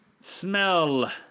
smell